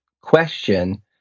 question